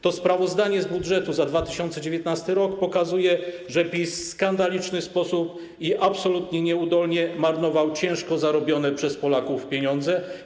To sprawozdanie z budżetu za 2019 r. pokazuje, że PiS w skandaliczny sposób i absolutnie nieudolnie marnował ciężko zarobione przez Polaków pieniądze.